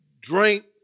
Drink